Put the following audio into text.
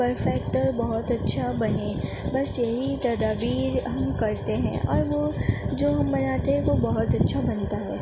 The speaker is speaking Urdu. پرفیکٹ بہت اچھا بنے بس یہی تدابیر ہم کرتے ہیں اور وہ جو ہم بناتے ہیں وہ بہت اچھا بنتا ہے